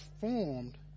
formed